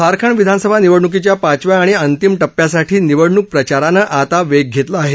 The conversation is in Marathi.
झारखंड विधानसभा निवडणूकीच्या पाचव्या आणि अंतिम टप्प्यासाठी निवडणूक प्रचारानं आता वेग घेतला आहे